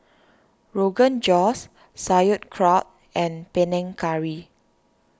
Rogan Josh Sauerkraut and Panang Curry